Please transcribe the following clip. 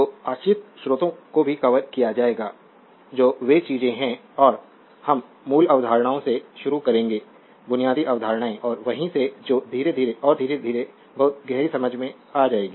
तो आश्रित स्रोतों को भी कवर किया जाएगा तो वे चीजें हैं और हम मूल अवधारणाओं से शुरू करेंगे बुनियादी अवधारणाएं और वहीं से जो धीरे धीरे और धीरे धीरे बहुत गहरी समझ में आ जाएगी